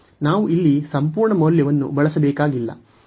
ನಾವು ಇಲ್ಲಿ ಸಂಪೂರ್ಣ ಮೌಲ್ಯವನ್ನು ಬಳಸಬೇಕಾಗಿಲ್ಲ